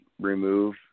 remove